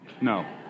No